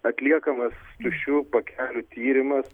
atliekamas tuščių pakelių tyrimas